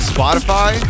Spotify